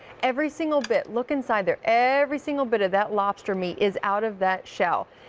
every single bit, look inside there, every single bit of that lobster meat is out of that shell.